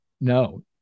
No